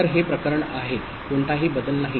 तर हे प्रकरण आहे कोणताही बदल नाही